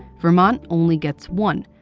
vermont only gets one.